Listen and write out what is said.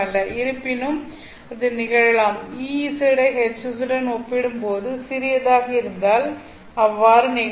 இருப்பினும் அது நிகழலாம் Ez ஐ Hz உடன் ஒப்பிடும்போது சிறியதாக இருந்தால் அவ்வாறு நிகழலாம்